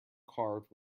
carved